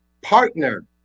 partner